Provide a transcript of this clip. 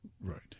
Right